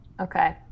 Okay